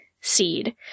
seed